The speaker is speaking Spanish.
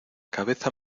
cabeza